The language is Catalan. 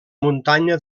muntanya